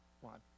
one